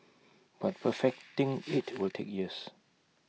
but perfecting IT will take years